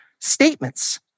statements